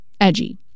edgy